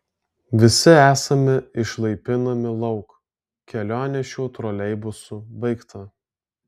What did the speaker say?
visi esame išlaipinami lauk kelionė šiuo troleibusu baigta